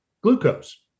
glucose